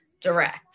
direct